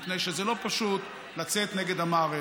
מפני שזה לא פשוט לצאת נגד המערכת.